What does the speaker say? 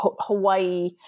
Hawaii